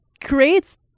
creates